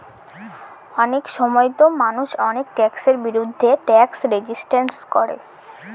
অনেক সময়তো মানুষ অনেক ট্যাক্সের বিরুদ্ধে ট্যাক্স রেজিস্ট্যান্স করে